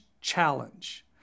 challenge